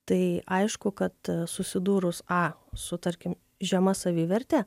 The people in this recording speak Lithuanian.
tai aišku kad susidūrus a su tarkim žema saviverte